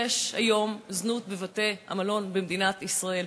יש היום זנות בבתי-המלון במדינת ישראל.